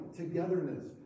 togetherness